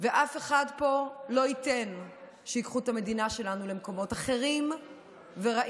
ואף אחד פה לא ייתן שייקחו את המדינה שלנו למקומות אחרים ורעים,